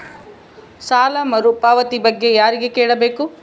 ಸಾಲ ಮರುಪಾವತಿ ಬಗ್ಗೆ ಯಾರಿಗೆ ಕೇಳಬೇಕು?